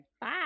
Bye